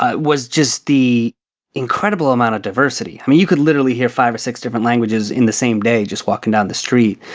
ah was just the incredible amount of diversity. i mean, you could literally hear five or six different languages in the same day just walking down the street.